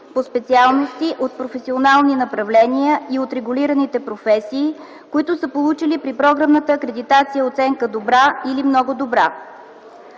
по специалности от професионални направления и от регулираните професии, които са получили при програмната акредитация оценка „добра” или „много добра”.